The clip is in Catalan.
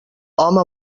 home